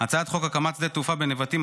הצעת חוק הקמת שדה תעופה בנבטים,